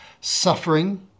suffering